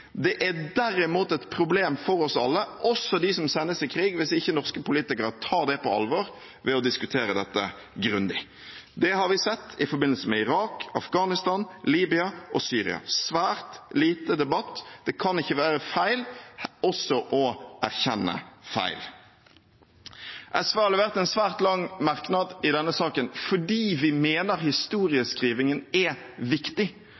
Det er derimot et problem for oss alle, også for dem som sendes i krig, hvis ikke norske politikere tar det på alvor ved å diskutere dette grundig. Det har vi sett i forbindelse med Irak, Afghanistan, Libya og Syria: svært lite debatt. Det kan ikke være feil også å erkjenne feil. SV har levert en svært lang merknad i denne saken fordi vi mener historieskrivingen er viktig,